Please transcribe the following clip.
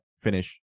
finish